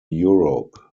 europe